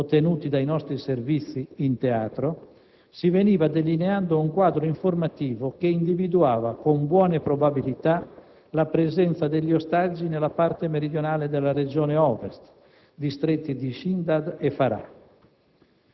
ottenuti dai nostri Servizi in teatro, si veniva delineando un quadro informativo che individuava, con buone probabilità, la presenza degli ostaggi nella parte meridionale della regione Ovest (distretti di Shindad e Farah).